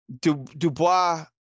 Dubois